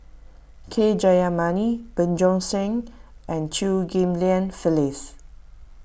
K Jayamani Bjorn Shen and Chew Ghim Lian Phyllis